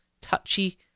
touchy